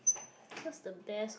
what's the best